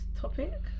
topic